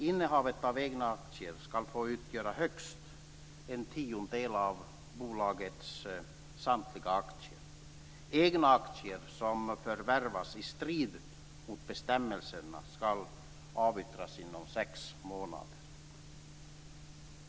Innehavet av egna aktier ska få utgöra högst en tiondel av bolagets samtliga aktier. Egna aktier som förvärvas i strid med bestämmelserna ska avyttras inom sex månader.